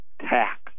tax